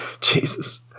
jesus